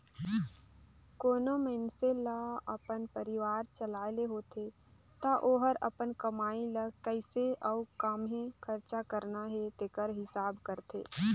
कोनो मइनसे ल अपन परिवार चलाए ले होथे ता ओहर अपन कमई ल कइसे अउ काम्हें खरचा करना हे तेकर हिसाब करथे